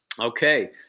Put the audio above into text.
Okay